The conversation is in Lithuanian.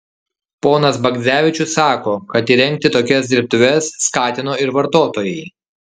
ponas bagdzevičius sako kad įrengti tokias dirbtuves skatino ir vartotojai